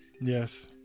yes